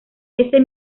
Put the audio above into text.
ese